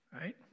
Right